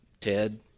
Ted